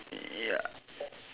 ya